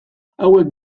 hauek